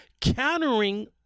countering